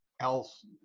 else